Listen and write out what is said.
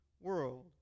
world